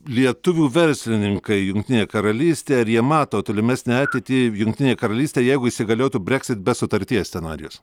lietuvių verslininkai jungtinėje karalystėje ar jie mato tolimesnę ateitį jungtinėj karalystėj jeigu įsigaliotų breksit be sutarties scenarijus